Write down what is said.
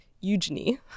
Eugenie